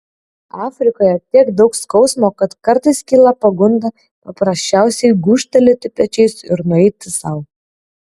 afrikoje tiek daug skausmo kad kartais kyla pagunda paprasčiausiai gūžtelėti pečiais ir nueiti sau